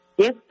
Yes